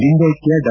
ಲಿಂಗೈಕ್ವ ಡಾ